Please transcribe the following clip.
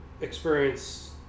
experience